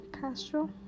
Castro